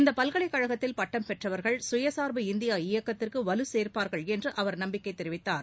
இந்த பல்கலைக் கழகத்தில் பட்டம் பெற்றவர்கள் சுயசார்பு இந்தியா இயக்கத்திற்கு வலு சேர்ப்பார்கள் என்று அவர் நம்பிக்கை தெரிவித்தார்